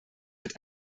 hat